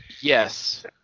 Yes